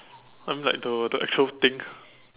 I mean like the the actual thing